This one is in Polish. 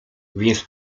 więc